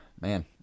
man